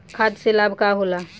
खाद्य से का लाभ होला?